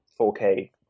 4k